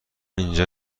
اینجا